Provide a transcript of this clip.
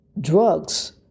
drugs